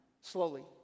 Slowly